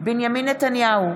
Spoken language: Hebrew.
בנימין נתניהו,